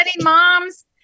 moms